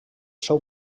seu